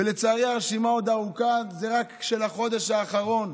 ולצערי, הרשימה ארוכה, זה רק של החודש האחרון.